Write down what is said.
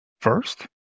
first